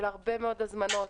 של הרבה מאוד הזמנות.